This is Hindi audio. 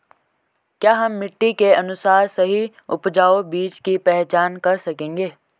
क्या हम मिट्टी के अनुसार सही उपजाऊ बीज की पहचान कर सकेंगे?